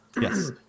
Yes